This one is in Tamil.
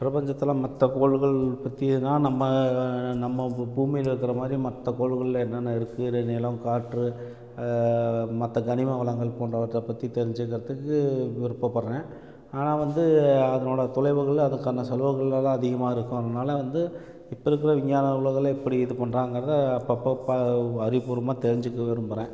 பிரபஞ்சத்தில் மற்ற கோள்கள் பற்றிலாம் நம்ம நம்ம பூமியில் இருக்கிற மாதிரி மற்ற கோள்களில் என்னென்ன இருக்குது நிலம் காற்று மற்ற கனிமவளங்கள் போன்றவற்றை பற்றி தெரிஞ்சுக்கறத்துக்கு விருப்பப்படுகிறேன் ஆனால் வந்து அதனோட தொலைவுகள் அதுக்கான செலவுகளெலலாம் அதிகமாக இருக்கும் அதனால வந்து இப்போ இருக்கிற விஞ்ஞான உலகில் இப்படி இது பண்ணுறாங்குறத அப்பப்போ ப அறிவு பூர்வமாக தெரிஞ்சுக்க விரும்புகிறேன்